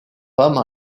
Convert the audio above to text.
femmes